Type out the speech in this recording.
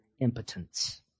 impotence